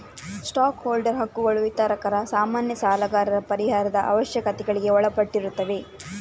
stock holder ಹಕ್ಕುಗಳು ವಿತರಕರ, ಸಾಮಾನ್ಯ ಸಾಲಗಾರರ ಪರಿಹಾರದ ಅವಶ್ಯಕತೆಗಳಿಗೆ ಒಳಪಟ್ಟಿರುತ್ತವೆ